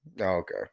okay